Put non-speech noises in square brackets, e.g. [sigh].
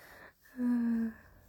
[noise]